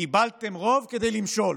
קיבלתם רוב כדי למשול,